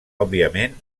òbviament